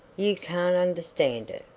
you can't understand it,